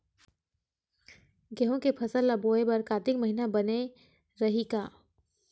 गेहूं के फसल ल बोय बर कातिक महिना बने रहि का?